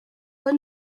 but